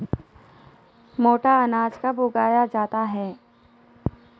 मोटा अनाज कब उगाया जाता है?